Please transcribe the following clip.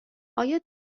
آیا